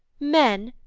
men!